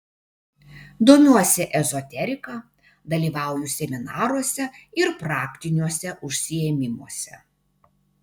domiuosi ezoterika dalyvauju seminaruose ir praktiniuose užsiėmimuose